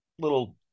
little